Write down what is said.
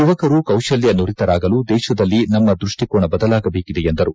ಯುವಕರು ಕೌಶಲ್ಯ ಸುರಿತರಾಗಲು ದೇಶದಲ್ಲಿ ನಮ್ನ ದೃಷ್ಟಿಕೋನ ಬದಲಾಗಬೇಕಿದೆ ಎಂದರು